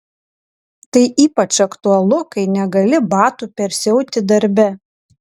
tai ypač aktualu kai negali batų persiauti darbe